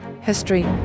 history